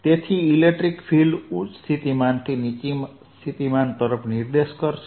તેથી electric field ઉચ્ચ સ્થિતિમાનથી નીચા સ્થિતિમાન તરફ નિર્દેશ કરશે